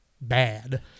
bad